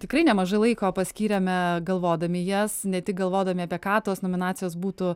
tikrai nemažai laiko paskyrėme galvodami jas ne tik galvodami apie ką tos nominacijos būtų